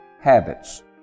Habits